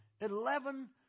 Eleven